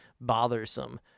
bothersome